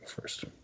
first